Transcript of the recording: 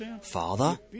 Father